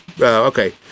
Okay